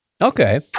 Okay